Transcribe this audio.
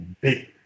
big